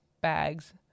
bags